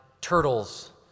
turtles